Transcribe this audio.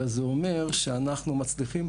אלא זה אומר שאנחנו מצליחים,